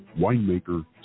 winemaker